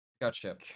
Gotcha